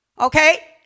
Okay